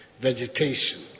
vegetation